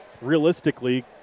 realistically